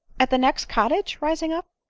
at the next cottage! rising up.